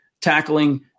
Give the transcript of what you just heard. tackling